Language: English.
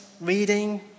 reading